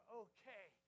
okay